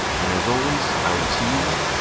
and as always, i will see you all.